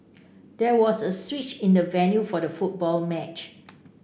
there was a switch in the venue for the football match